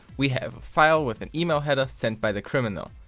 we have a file with an email header sent by the criminal.